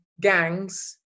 gangs